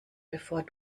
bevor